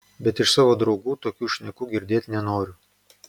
bet iš savo draugų tokių šnekų girdėt nenoriu